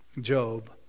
Job